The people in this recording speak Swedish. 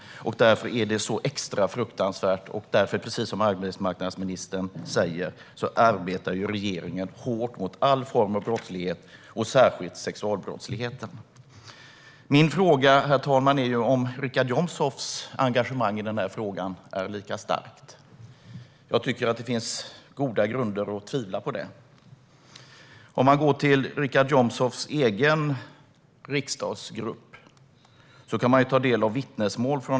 Därför är det extra fruktansvärt, och därför arbetar regeringen, precis som arbetsmarknadsministern säger, hårt mot all form av brottslighet - särskilt sexualbrottsligheten. Herr talman! Min fråga är om Richard Jomshofs engagemang i frågan är lika starkt. Jag tycker att det finns goda grunder att tvivla på det. Om man går till Richard Jomshofs egen riksdagsgrupp kan man där ta del av vittnesmål.